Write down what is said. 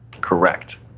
Correct